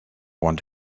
want